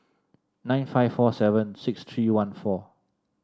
nine five four seven six three one four